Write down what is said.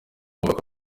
mwumva